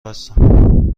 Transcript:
هستم